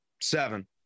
Seven